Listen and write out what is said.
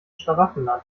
schlaraffenland